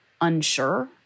unsure